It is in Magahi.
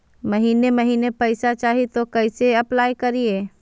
महीने महीने पैसा चाही, तो कैसे अप्लाई करिए?